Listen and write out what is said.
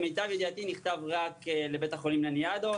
לניאדו נמצאים בהסכם הבראה?